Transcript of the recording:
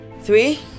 Three